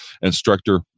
instructor